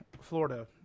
Florida